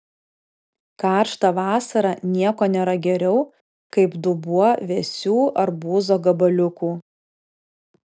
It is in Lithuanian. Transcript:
karštą vasarą nieko nėra geriau kaip dubuo vėsių arbūzo gabaliukų